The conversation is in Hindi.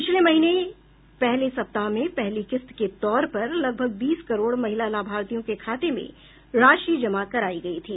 पिछले महीने के पहले सप्ताह में पहली किस्त के तौर पर लगभग बीस करोड़ महिला लाभार्थियों के खाते में राशि जमा कराई गई थी